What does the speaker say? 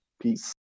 Peace